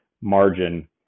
margin